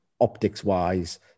optics-wise